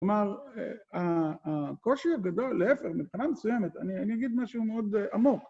כלומר, הקושי הגדול להפך, מבחינה מסוימת, אני אגיד משהו מאוד עמוק.